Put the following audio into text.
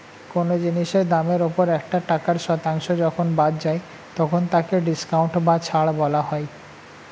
কোন জিনিসের দামের ওপর একটা টাকার শতাংশ যখন বাদ যায় তখন তাকে ডিসকাউন্ট বা ছাড় বলা হয়